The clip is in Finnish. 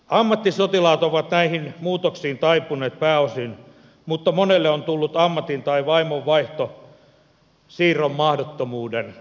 ammattisotilaat ovat näihin muutoksiin taipuneet pääosin mutta monelle on tullut ammatin tai vaimon vaihto siirron mahdottomuuden vuoksi